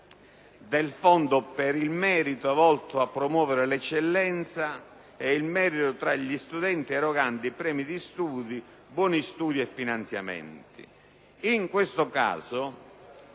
un Fondo per il merito volto a promuovere l'eccellenza e il merito tra gli studenti erogando premi di studio, buoni studio e finanziamenti.